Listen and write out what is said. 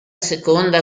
seconda